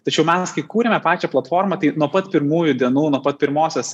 tačiau mes kai kūrėme pačią platformą tai nuo pat pirmųjų dienų nuo pat pirmosios ir